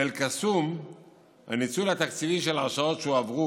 באל-קסום הניצול התקציבי של הרשאות שהועברו